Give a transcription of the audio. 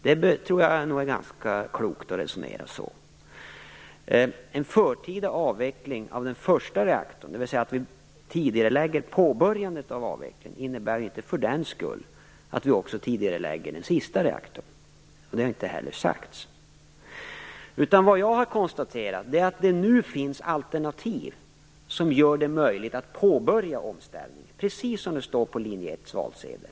Det tror jag är ganska klokt resonerat. att vi tidigarelägger påbörjandet av avvecklingen, innebär inte för den skull att vi också tidigarelägger den sista reaktorn, och det har heller inte sagts. Vad jag har konstaterat är att det nu finns alternativ som gör det möjligt att påbörja omställningen - precis som det står på linje 1:s valsedel.